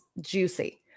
juicy